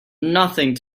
nothing